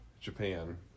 Japan